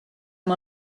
amb